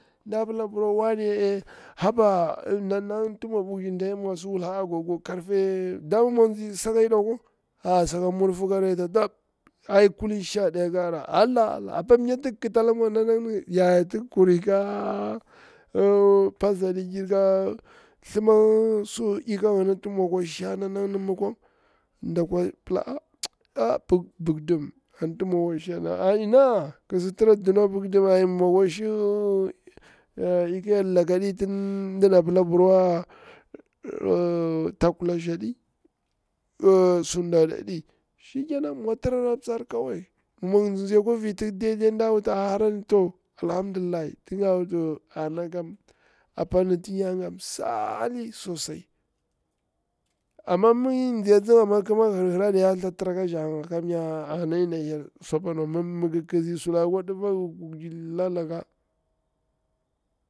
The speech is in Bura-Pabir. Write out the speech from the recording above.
Nɗa pila apir wane ey haba nannag ti mwa kwa bukcin diya mwa si wulhji agogo karfe, dama mwa ntsi saka ɦidau kwan, mwa tsi sake murfu ka reta, kulin har sha daya ƙi hara, allah apa mnya ti ngi kitala mwa nana nan ni yaya ti gi kuri ka patsolir giri ka thlima nɗika ngini nannan ti mwa kwa shangari mi kwang, nda kwa pila a buktim anti mwa kwa shani a a ina kisi tra duna buktwn ai mwa kwa shi ɗika yer laka ɗi tin dana pila pirwa takulashiu aɗi, sudani aɗi, to shikenan mwa tira ra ptsari kawai, mi ngi tsitsi a kwa vinati a harani kawai to alhamdulillah. Ana kam a paniyi ti yaga msirah sosai, amma ini nzi a tsi nga amma kima nga hirhirari ya tra ka nga naga, kamnhga ana yana hir kaɗi ki zni su akwa difiwa.